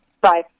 Bye